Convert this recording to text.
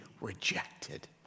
rejected